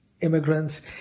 immigrants